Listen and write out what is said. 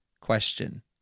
question